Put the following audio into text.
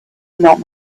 not